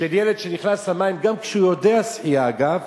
של ילד שנכנס למים, גם כשהוא יודע לשחות, אגב,